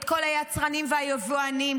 את כל היצרנים והיבואנים,